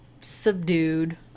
subdued